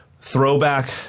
throwback